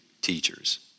teachers